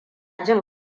jin